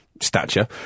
stature